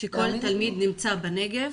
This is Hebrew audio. תלמיד שנמצא בנגב